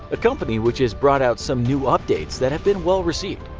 a company which has brought out some new updates that have been well-received.